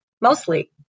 mostly